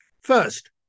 First